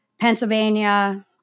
Pennsylvania